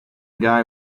guy